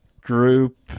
group